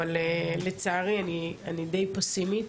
אבל לצערי אני די פסימית.